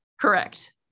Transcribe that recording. Correct